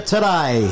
Today